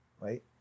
right